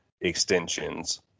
Extensions